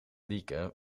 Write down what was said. lieke